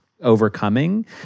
overcoming